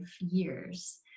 years